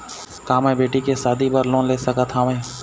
का मैं बेटी के शादी बर लोन ले सकत हावे?